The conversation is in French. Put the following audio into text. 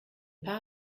pas